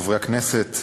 חברי הכנסת,